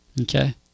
Okay